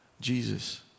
Jesus